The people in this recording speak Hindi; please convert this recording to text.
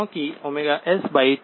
क्योंकि S2 सही